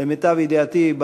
למיטב ידיעתי,